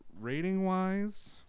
Rating-wise